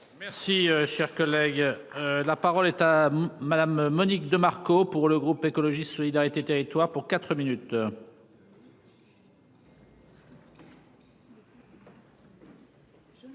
Merci cher collègue. La parole est à madame Monique de Marco pour le groupe écologiste solidarité et territoires pour 4 minutes.